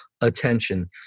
attention